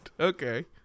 okay